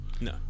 No